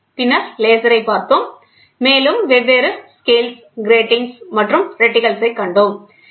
L பின்னர் லேசரைப் பார்த்தோம் மேலும் வெவ்வேறு ஸ்கேல் கிரீட்டிங்ஸ் மற்றும் ரெட்டிகல்களைக் கண்டோம்